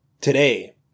Today